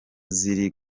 ziri